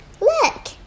Look